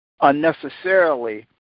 unnecessarily